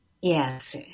Yes